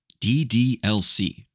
DDLC